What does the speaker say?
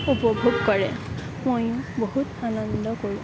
উপভোগ কৰে ময়ো বহুত আনন্দ কৰোঁ